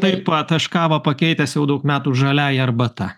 taip pat aš kavą pakeitęs jau daug metų žaliąja arbata